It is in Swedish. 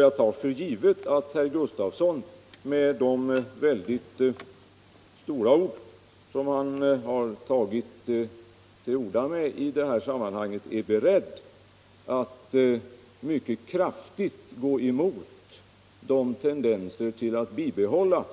Jag tar för givet att herr Gustavsson med de stora ord som han har använt i det här sammanhanget är beredd att mycket kraftigt gå emot de tendenser till att bibehålla